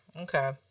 Okay